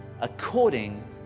according